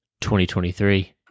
2023